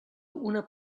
una